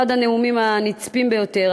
אחד הנאומים הנצפים ביותר,